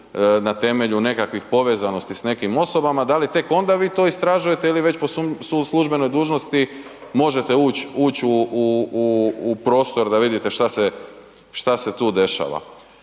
na temelju nekakvih povezanosti s nekim osobama, da li tek onda vi to istražujete ili već po službenoj dužnosti možete uć, uć u, u, u, u prostor da vidite šta se, šta